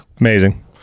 Amazing